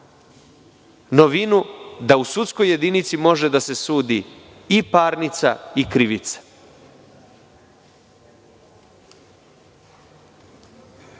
novinu da u sudskoj jedinici može da se sudi i parnica i krivica.